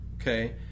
okay